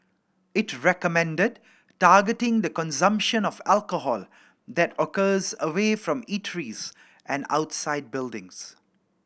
it recommended targeting the consumption of alcohol that occurs away from eateries and outside buildings